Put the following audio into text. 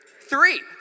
Three